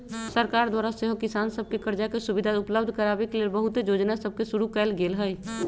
सरकार द्वारा सेहो किसान सभके करजा के सुभिधा उपलब्ध कराबे के लेल बहुते जोजना सभके शुरु कएल गेल हइ